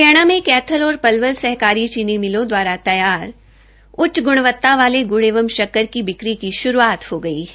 हरियाणा में कैथल और पलवल सहकारी चीनी मिलों दवारा तैयार उच्च ग्रणवता वाले ग्रुड़ एवं शक्कर की बिक्री की शुरूआत हो गई है